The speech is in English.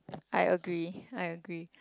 I agree I agree